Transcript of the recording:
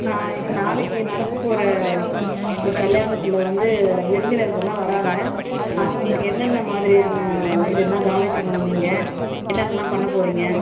நாளைக்கு நடக்கப் போகிற கல்யாணத்தில் வந்து விருந்தினர்களெலாம் வராங்க அவங்களுக்கு என்னென்ன மாதிரியான இதெல்லாம் கவனிச்சுக்கணும் நீங்கள் என்னென்னவெல்லாம் பண்ணப் போகிறீங்க